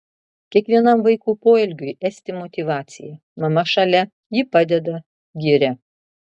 kiekvienam vaiko poelgiui esti motyvacija mama šalia ji padeda giria